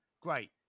Great